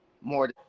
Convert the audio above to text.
more